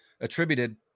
attributed